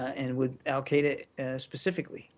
and with al-qaida specifically.